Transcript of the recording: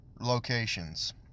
locations